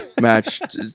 match